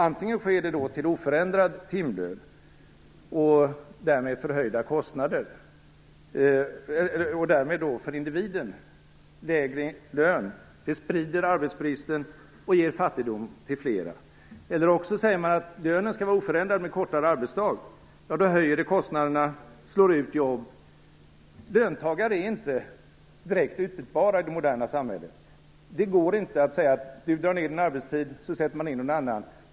Antingen sker arbetstidförkortningen till oförändrad timlön och därmed lägre lön för individen. Det sprider arbetsbristen och ger fattigdom till flera. Det kan också ske med oförändrad lön men med kortare arbetsdag. Det höjer kostnaderna och slår ut jobb. Löntagare är inte direkt utbytbara i det moderna samhället. Det går inte att bara dra ned någons arbetstid och sätta in någon annan.